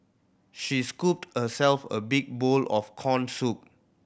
she scooped herself a big bowl of corn soup